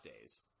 Days